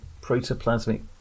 Protoplasmic